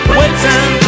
waiting